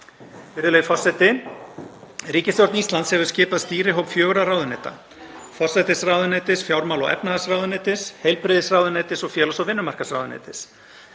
Virðulegi forseti. Ríkisstjórn Íslands hefur skipað stýrihóp fjögurra ráðuneyta; forsætisráðuneytis, fjármála- og efnahagsráðuneytis, heilbrigðisráðuneytis og félags- og vinnumarkaðsráðuneytis,